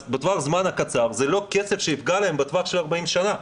אז בטווח הזמן הקצר זה לא כסף שיפגע להם בטווח של 40 שנה.